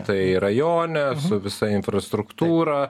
tai rajone su visa infrastruktūra